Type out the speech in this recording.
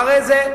ליוצאי זה.